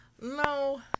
No